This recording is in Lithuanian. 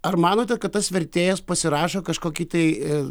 ar manote kad tas vertėjas pasirašo kažkokį tai